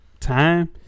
time